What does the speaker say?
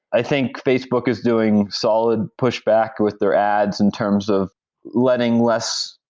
i think facebook is doing solid push back with their ads in terms of letting less,